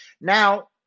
Now